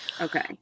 Okay